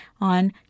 on